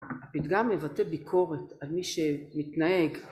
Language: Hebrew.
הפתגם מבטא ביקורת על מי שמתנהג